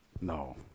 No